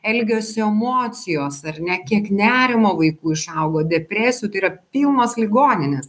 elgesio emocijos ar ne kiek nerimo vaikų išaugo depresijų tai yra pilnos ligoninės